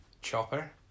Chopper